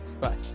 Bye